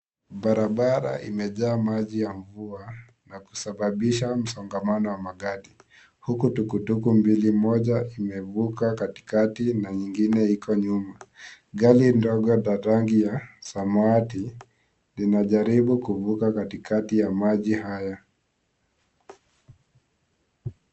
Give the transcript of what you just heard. Barabara imejaa maji ya mvua na kusababisha msongamano wa magari. Huku, TukTuk mbili moja imevuka katikati na nyingine iko nyuma. Gari ndogo la rangi ya samawati, linajaribu kuvuka katikati ya maji haya.